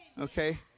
okay